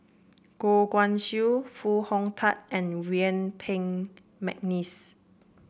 Goh Guan Siew Foo Hong Tatt and Yuen Peng McNeice